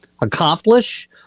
accomplish